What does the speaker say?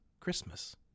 Christmas